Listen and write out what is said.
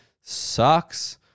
sucks